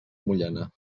mullena